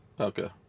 Okay